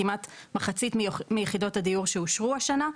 כמעט מחצית מיחידות הדיור שאושרו השנה.